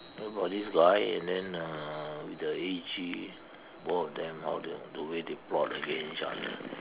about this guy and then uh with the A_G both of them how the the way they plot against each other